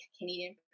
Canadian